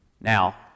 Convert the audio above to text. Now